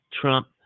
Trump